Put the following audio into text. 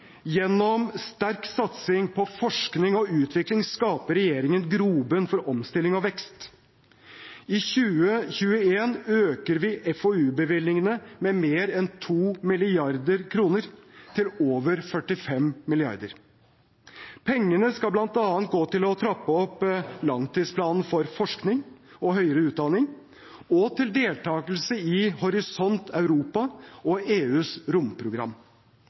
Gjennom sterk satsing på forskning og utvikling skaper regjeringen grobunn for omstilling og vekst. I 2021 øker vi FoU-bevilgningene med mer enn 2 mrd. kr, til over 45 mrd. kr. Pengene skal bl.a. gå til å trappe opp langtidsplanen for forskning og høyere utdanning og til deltagelse i Horisont Europa og EUs romprogram.